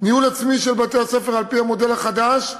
ניהול עצמי של בתי-הספר על-פי המודל החדש,